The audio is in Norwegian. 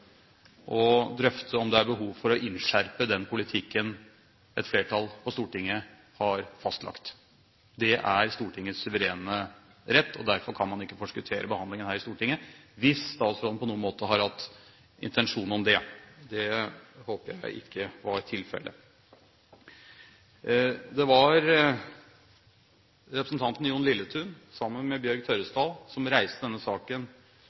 drøfte om det er behov for å innskjerpe den politikken et flertall på Stortinget har fastlagt. Det er Stortingets suverene rett, og derfor kan man ikke forskuttere behandlingen her i Stortinget, hvis statsråden på noen måte har hatt en intensjon om det. Det håper jeg ikke var tilfellet. Det var representanten Jon Lilletun som sammen med Bjørg Tørresdal reiste denne saken